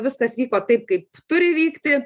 viskas vyko taip kaip turi vykti